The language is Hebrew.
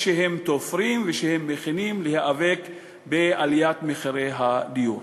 שהם תופרים ושהם מכינים למאבק בעליית מחירי הדיור.